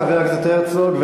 חבר הכנסת הרצוג.